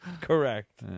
Correct